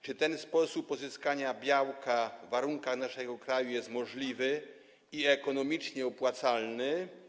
Czy ten sposób pozyskania białka w warunkach naszego kraju jest możliwy i ekonomicznie opłacalny?